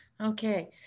Okay